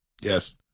Yes